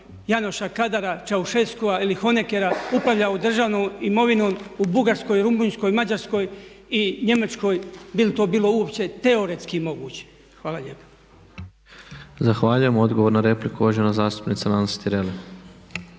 Janoša, Kadara, Čaušeskoa ili Honeckera upravljao državnom imovinom u Bugarskoj, Rumunjskoj, Mađarskoj i Njemačkoj bi li to bilo uopće teoretski moguće. Hvala lijepa. **Tepeš, Ivan (HSP AS)** Zahvaljujem. Odgovor na repliku uvažena zastupnica Nansi Tireli.